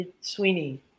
Sweeney